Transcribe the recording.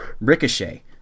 Ricochet